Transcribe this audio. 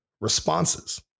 responses